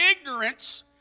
ignorance